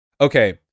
Okay